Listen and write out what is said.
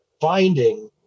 finding